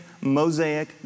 Mosaic